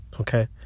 Okay